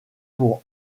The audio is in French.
pour